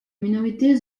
minorité